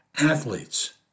Athletes